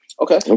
Okay